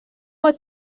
moi